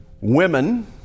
women